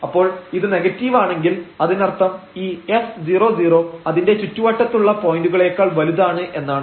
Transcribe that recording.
അപ്പോൾ ഇത് നെഗറ്റീവാണെങ്കിൽ അതിനർത്ഥം ഈ f00 അതിന്റെ ചുറ്റുവട്ടത്തുള്ള പോയന്റുകളെക്കാൾ വലുതാണ് എന്നാണ്